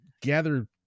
gather